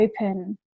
open